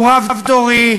הוא רב-דורי.